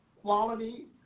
quality